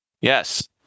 yes